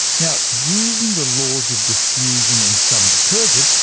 now using the laws of diffusion and some detergent,